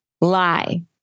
lie